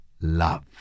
love